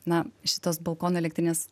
na šitos balkono elektrinės